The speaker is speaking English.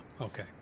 okay